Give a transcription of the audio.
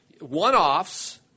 One-offs